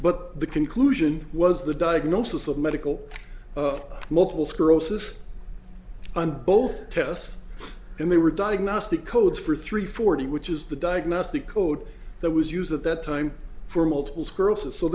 but the conclusion was the diagnosis of medical of multiple sclerosis and both tests and they were diagnostic codes for three forty which is the diagnostic code that was used at that time for multiple sclerosis so